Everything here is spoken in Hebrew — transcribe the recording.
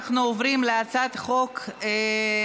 אני קובעת כי הצעת חוק בתי דין רבניים (קיום פסקי דין של גירושין)